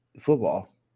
football